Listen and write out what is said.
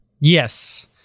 Yes